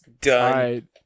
Done